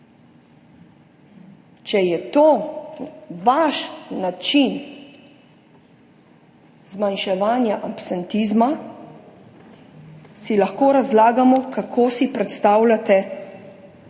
Če je to vaš način zmanjševanja absentizma, si lahko razlagamo, kako si predstavljate